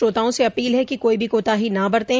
श्रोताओं से अपील है कि कोई भी कोताही न बरतें